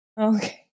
Okay